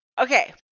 Okay